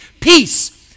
peace